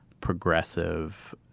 progressive –